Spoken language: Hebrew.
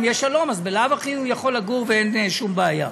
אם יש שלום אז בלאו הכי יכולים לגור ואין שום בעיה.